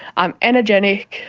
i'm energetic,